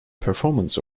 performance